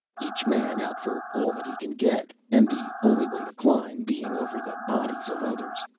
each man out for all that he can get and the only way to climb being over the bodies of others,